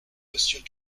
monsieur